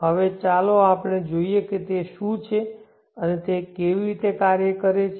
હવે ચાલો જોઈએ કે તે શું છે અને તે કેવી રીતે કાર્ય કરે છે